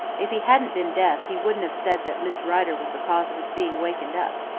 if he hadn't been deaf, he wouldn't have said that miss rider was the cause of his being wakened up.